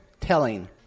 telling